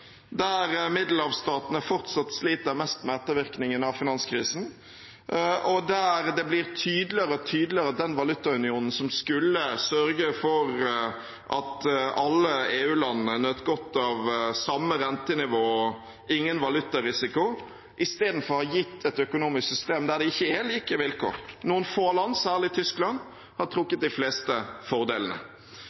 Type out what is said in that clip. der Middelhavsstatene fortsatt sliter mest med ettervirkningene av finanskrisen, og der det blir tydeligere og tydeligere at den valutaunionen som skulle sørge for at alle EU-landene nøt godt av samme rentenivå og ingen valutarisiko, istedenfor har gitt et økonomisk system der det ikke er like vilkår. Noen få land – særlig Tyskland – har trukket de fleste fordelene.